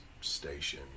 station